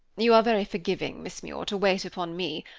you are very forgiving, miss muir, to wait upon me,